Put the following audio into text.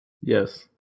Yes